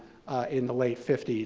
in the late fifty s.